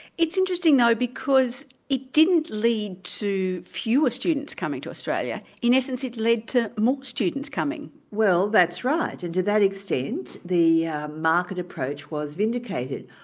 it's interesting though, because it didn't lead to fewer students coming to australia, in essence it led to more students coming. well, that's right, and to that extent the market approach was vindicated.